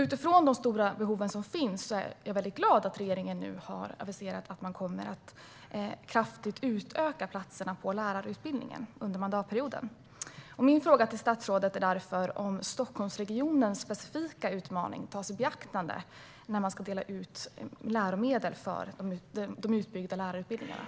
Utifrån de stora behov som finns är jag glad att regeringen nu har aviserat att man kommer att kraftigt utöka platserna på lärarutbildningen under mandatperioden. Min fråga till statsrådet är därför om Stockholmsregionens specifika utmaning tas i beaktande när man ska dela ut medel för de utbyggda lärarutbildningarna.